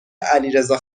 علیرضا